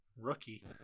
rookie